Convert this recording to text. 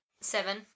Seven